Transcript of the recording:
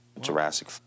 Jurassic